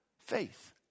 faith